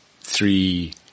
three